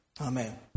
Amen